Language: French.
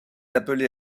appelé